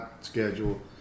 schedule